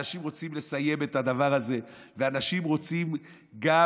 אנשים רוצים לסיים את הדבר הזה, ואנשים רוצים גם